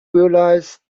realise